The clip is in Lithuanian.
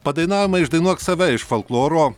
padainavimą išdainuok save iš folkloro